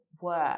work